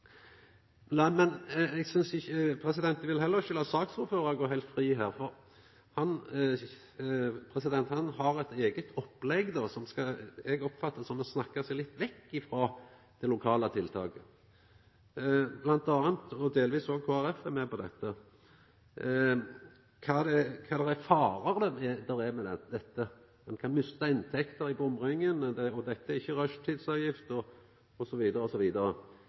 det, men er i denne saka ikkje oppteke av førebyggjande tiltak, slik at folk ikkje skal hamna på sjukehus eller på rehabilitering. Eg vil heller ikkje lata saksordføraren gå heilt fri her. Han har eit eige opplegg som eg oppfattar som å snakka seg litt vekk frå det lokale tiltaket. Kristeleg Folkeparti er òg delvis med på dette. Kva slags fare er det med dette? Ein kan mista inntekter i bomringen, og dette er ikkje